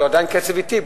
אבל היא עדיין קצב אטי,